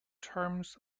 terms